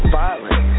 violent